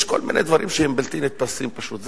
יש כל מיני דברים שהם בלתי נתפסים פשוט.